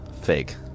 Fake